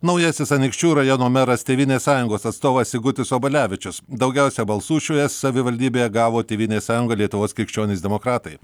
naujasis anykščių rajono meras tėvynės sąjungos atstovas sigutis obelevičius daugiausia balsų šioje savivaldybėje gavo tėvynės sąjunga lietuvos krikščionys demokratai